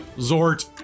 zort